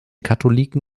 katholiken